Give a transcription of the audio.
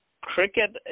Cricket